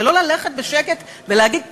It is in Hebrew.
ולא ללכת בשקט ולהגיד תודה,